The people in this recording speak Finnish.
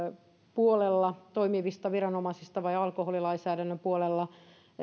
puolella toimivista viranomaisista vai alkoholilainsäädännön puolella